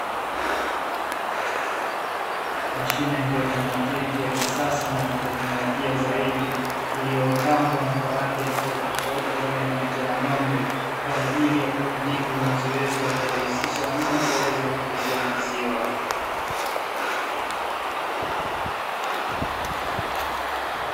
Mashine ya kiautomatiki ya kisasa na ya kiteknolojia zaidi iliyopambwa na kwa rangi tofautitotauti pamoja na picha ya ng’ombe, kwa ajili ya kutumika kwenye zoezi la kurahisisha mno zoezi la kuuza maziwa.